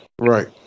Right